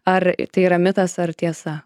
ar tai yra mitas ar tiesa